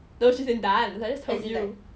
no she's in dance I just said it